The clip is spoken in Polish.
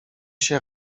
się